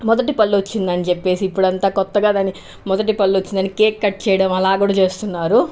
మొదటి పళ్ళు వచ్చిందని చెప్పేసి ఇప్పడు అంతా కొత్తగా దాన్ని మొదటి పళ్ళు వచ్చినై అని కేక్ కట్ చేయడం అలా కూడా చేస్తున్నారు